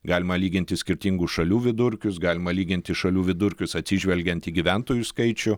galima lyginti skirtingų šalių vidurkius galima lyginti šalių vidurkius atsižvelgiant į gyventojų skaičių